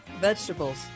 Vegetables